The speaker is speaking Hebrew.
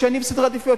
משנים סדרי עדיפויות,